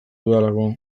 dudalako